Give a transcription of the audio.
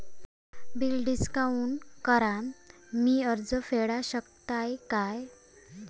Bill discount करान मी कर्ज फेडा शकताय काय?